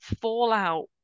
fallout